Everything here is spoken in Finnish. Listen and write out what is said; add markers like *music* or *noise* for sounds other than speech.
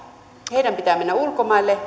heidän pitää mennä ulkomaille *unintelligible*